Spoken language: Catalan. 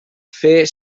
fer